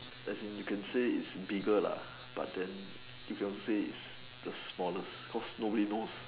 as in you can say it's bigger lah but then you can also say it's the smaller cause nobody knows